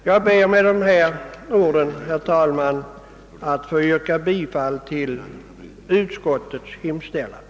Jag ber med dessa ord, herr talman, att få yrka bifall till utskottets hemställan.